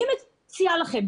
אני מציעה לכם,